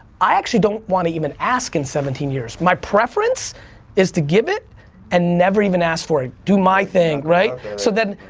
i actually don't wanna even ask in seventeen years, my preference is to give it and never even ask for it. do my thing, right? so you